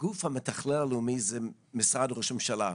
הגוף המתכלל הוא משרד ראש הממשלה.